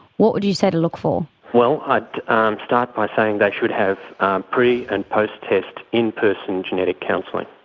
what would you say to look for? well, i'd start by saying they should have pre and post-test in-person genetic counselling.